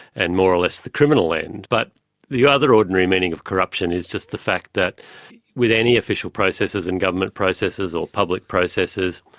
and more or less the criminal end. but the other ordinary meaning of corruption is just the fact that with any official processes and government processes or public processes,